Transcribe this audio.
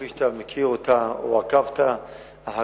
כפי שאתה מכיר אותה או עקבת אחריה,